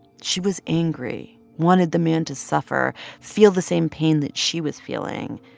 she was angry, wanted the man to suffer, feel the same pain that she was feeling.